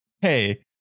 Hey